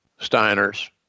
Steiners